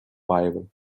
viable